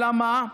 אלא מה?